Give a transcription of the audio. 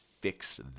fix